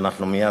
שאנחנו מייד,